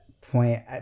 point